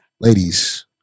ladies